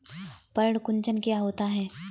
पर्ण कुंचन क्या होता है?